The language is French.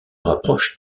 rapproche